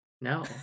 No